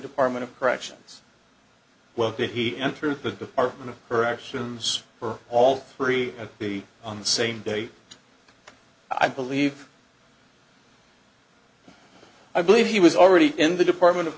department of corrections well that he entered the department of corrections for all three of the on the same day i believe i believe he was already in the department of